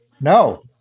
no